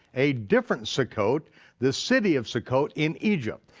a different succoth, the city of succoth in egypt.